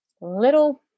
little